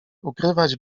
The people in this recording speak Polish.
ukrywać